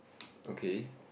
okay